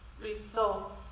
results